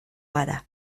gara